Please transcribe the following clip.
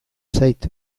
zait